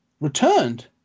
returned